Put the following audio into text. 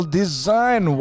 design